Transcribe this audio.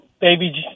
baby